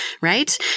right